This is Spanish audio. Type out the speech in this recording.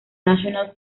national